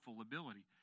ability